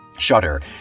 shudder